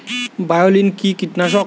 বায়োলিন কি কীটনাশক?